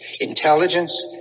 intelligence